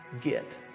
get